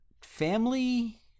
family